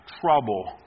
trouble